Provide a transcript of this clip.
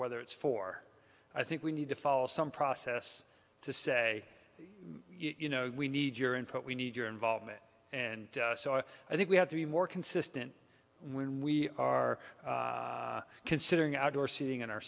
whether it's for i think we need to follow some process to say you know we need your input we need your involvement and so i think we have to be more consistent when we are considering outdoor seating in our